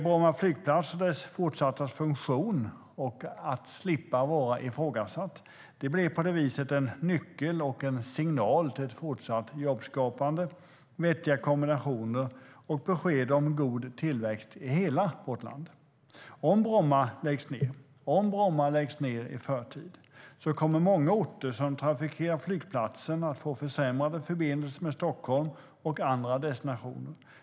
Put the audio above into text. Bromma flygplats fortsatta funktion och att slippa vara ifrågasatt blir på det viset en nyckel och en signal till ett fortsatt jobbskapande, vettiga kommunikationer och besked om god tillväxt i hela vårt land. Om Bromma läggs ned i förtid kommer många orter som trafikerar flygplatsen att få försämrade förbindelser med Stockholm och andra destinationer.